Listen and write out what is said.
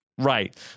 Right